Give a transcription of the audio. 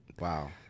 Wow